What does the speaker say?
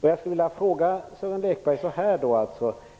Jag skulle vilja fråga Sören Lekberg: